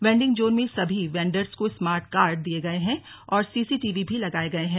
vending zone में सभी vendors को स्मार्ट कार्ड दिए गए हैं और सीसीटीवी भी लगाए गये है